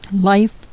Life